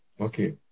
Okay